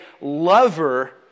lover